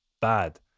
bad